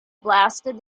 blasted